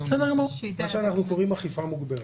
מה שאנחנו קוראים "אכיפה מוגברת".